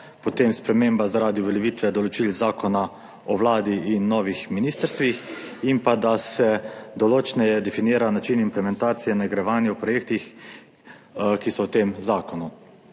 potem sprememba zaradi uveljavitve določil Zakona o Vladi in novih ministrstvih in pa da se določneje definira način implementacije nagrajevanja v projektih, ki so v tem zakonu.